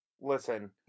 Listen